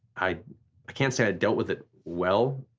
i can't say i dealt with it well,